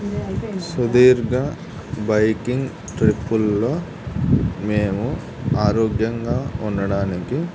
సుదీర్ఘ బైకింగ్ ట్రిప్పుల్లో మేము ఆరోగ్యంగా ఉండడానికి